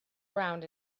around